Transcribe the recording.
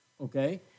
okay